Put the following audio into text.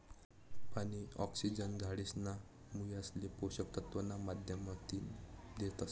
पानी, ऑक्सिजन झाडेसना मुयासले पोषक तत्व ना माध्यमतीन देतस